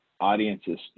audiences